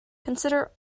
consider